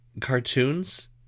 cartoons